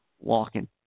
walking